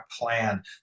plan